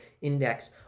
index